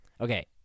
Okay